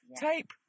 Tape